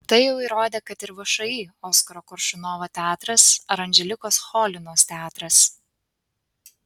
tai jau įrodė kad ir všį oskaro koršunovo teatras ar anželikos cholinos teatras